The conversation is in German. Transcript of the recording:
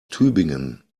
tübingen